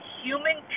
human